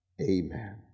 Amen